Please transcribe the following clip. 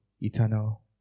eternal